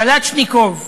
קלצ'ניקוב,